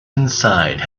inside